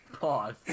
Pause